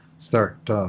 Start